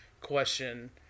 question